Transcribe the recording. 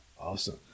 Awesome